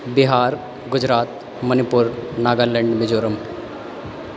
Bihar Gujarat Manipur Nagaland Mizoram